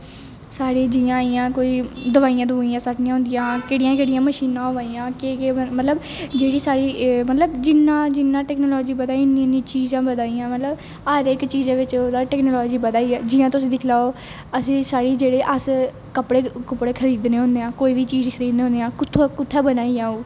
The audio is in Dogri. साढ़े जियां इयां कोई दवाइयां सट्टनी होदियां हियां केह्ड़ी केह्डी मशीनां होंदी ही केह् केह् मतलब जेहड़ी साढ़ी ऐ मतलब जियां जियां टेक्नोलाॅजी बधदी गेइयां इयां चीजां बी बधा दियां मतलब हर इक चीज बिच ओहदा टेक्नोलाॅजी बड़ा दी ऐ जियां तुस दिक्खी लो असेंगी साढ़ी जेहडे़ अस कपडे़ कोपडे़ खरिदने उनें कोई बी चीज खरिदने होन्ने आं कुत्थे बना दी ऐ ओह्